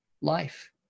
life